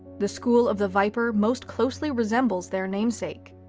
the school of the viper most closely resembles their namesake.